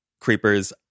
creepers